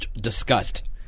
Disgust